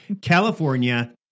California